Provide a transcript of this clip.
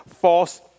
false